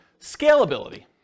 Scalability